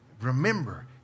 remember